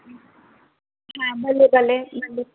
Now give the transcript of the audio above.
हा भले भले हले